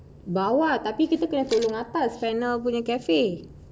bawah tapi kita kena tolong atas punya cafe